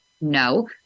No